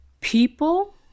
people